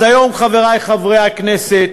אז היום, חברי חברי הכנסת,